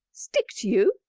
stick to you?